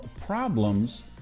problems